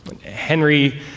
Henry